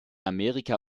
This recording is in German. amerika